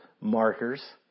markers